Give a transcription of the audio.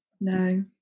no